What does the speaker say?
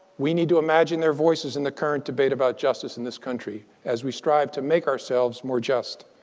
we need to imagine their voices in the current debate about justice in this country, as we strive to make ourselves more just.